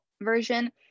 version